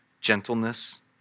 gentleness